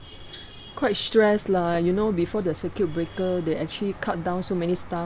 quite stress lah you know before the circuit breaker they actually cut down so many staff